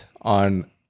on